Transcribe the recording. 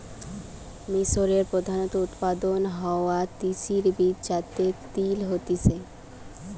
মিশরে প্রধানত উৎপাদন হওয়া তিসির বীজ যাতে তেল হতিছে